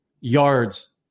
yards